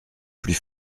plus